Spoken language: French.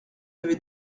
avez